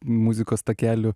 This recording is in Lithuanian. muzikos takelių